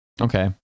okay